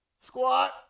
squat